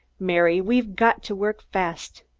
mary, we've got to work fast.